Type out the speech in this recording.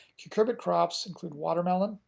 cucurbit crops include watermelon,